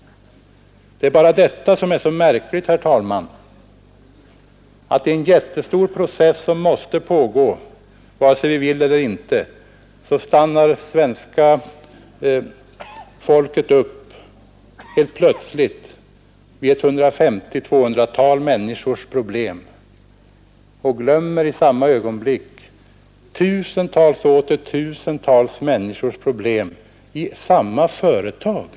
Det är bara det som är så märkligt, herr talman, att i denna process som måste pågå, vare sig vi vill eller inte, stannar en majoritet av riksdagen, borgare och kommunister, helt plötsligt vid 150—200 människors problem och glömmer i samma ögonblick tusentals och åter tusentals människor med samma problem vid samma affärsverk.